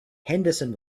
henderson